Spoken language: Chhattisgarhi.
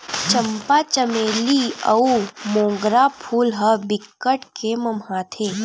चंपा, चमेली अउ मोंगरा फूल ह बिकट के ममहाथे